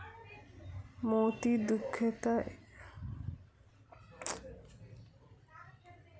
मोती मुखयतः दू प्रकारक होइत छै, प्राकृतिक आ अप्राकृतिक